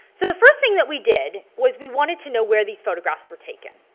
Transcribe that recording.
so the first thing that we did was we wanted to know where these photographs were taken.